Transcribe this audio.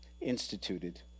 instituted